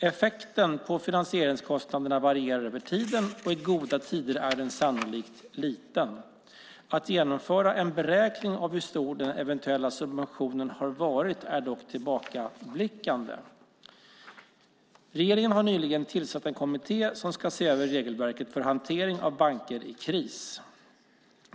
Effekten på finansieringskostnaderna varierar över tiden och i goda tider är den sannolikt liten. Att genomföra en beräkning av hur stor den eventuella subventionen har varit är dock tillbakablickande. Regeringen har nyligen tillsatt en kommitté som ska se över regelverket för hantering av banker i kris.